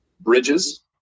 bridges